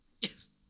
Yes